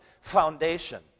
foundation